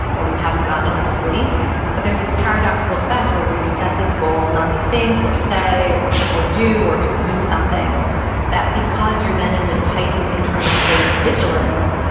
or you haven't gotten enough sleep but there's this paradoxical fact where where you set this goal not think or say or or do or consume something that because you're then in this heightened internal state of vigilance,